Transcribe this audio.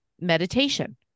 meditation